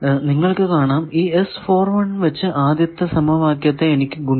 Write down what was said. നിങ്ങൾക്കു കാണാം ഈ വച്ച് ആദ്യത്തെ സമവാക്യത്തെ എനിക്ക് ഗുണിക്കണം